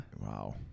Wow